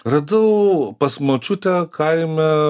radau pas močiutę kaime